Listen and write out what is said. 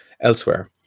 elsewhere